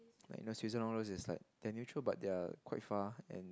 and Switzerland and all those is like neutral but they're quite far and